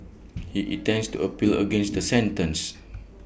he intends to appeal against the sentence